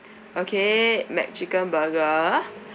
okay McChicken burger